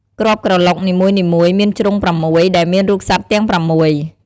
គ្រាប់ក្រឡុកនីមួយៗមានជ្រុងប្រាំមួយ ដែលមានរូបសត្វទាំងប្រាំមួយ។